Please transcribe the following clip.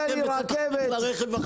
יעבור מהרכבת התחתית לרכב החשמלי.